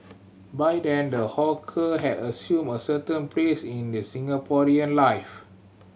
by then the hawker had assumed a certain place in the Singaporean life